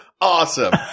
Awesome